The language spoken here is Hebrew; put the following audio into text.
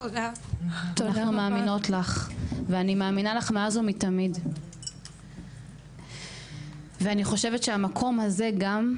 אנחנו מאמינות לך ואני מאמינה לך מאז ומתמיד ואני חושבת שהמקום הזה גם,